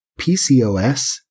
PCOS